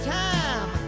time